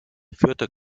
vierte